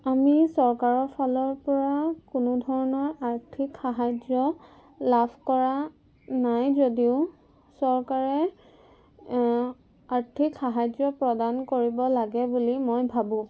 আমি চৰকাৰৰ ফালৰ পৰা কোনো ধৰণৰ আৰ্থিক সাহাৰ্য্য় লাভ কৰা নাই যদিও চৰকাৰে আৰ্থিক সাহাৰ্য্য় প্ৰদান কৰিব লাগে বুলি মই ভাবোঁ